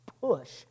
push